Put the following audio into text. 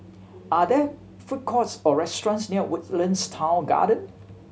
are there food courts or restaurants near Woodlands Town Garden